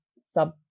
sub